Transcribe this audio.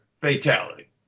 fatality